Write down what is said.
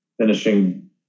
finishing